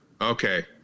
okay